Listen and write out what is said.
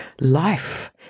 life